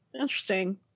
interesting